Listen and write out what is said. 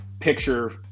picture